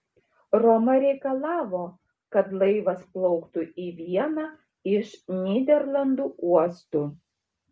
roma reikalavo kad laivas plauktų į vieną iš nyderlandų uostų